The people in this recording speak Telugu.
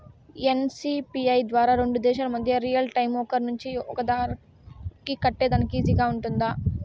ఎన్.సి.పి.ఐ ద్వారా రెండు దేశాల మధ్య రియల్ టైము ఒకరి నుంచి ఒకరికి కట్టేదానికి ఈజీగా గా ఉంటుందా?